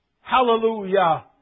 hallelujah